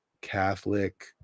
Catholic